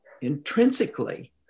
intrinsically